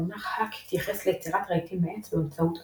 המונח האק התייחס ליצירת רהיטים מעץ באמצעות גרזן,